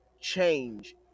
change